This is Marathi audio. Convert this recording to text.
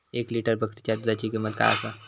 एक लिटर बकरीच्या दुधाची किंमत काय आसा?